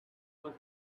was